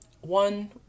one